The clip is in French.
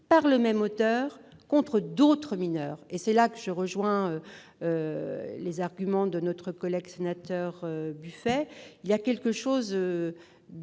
par le même auteur contre d'autres mineurs. C'est là que je rejoins les arguments de notre collègue François-Noël Buffet : il y a quelque chose